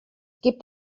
gibt